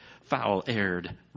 foul-aired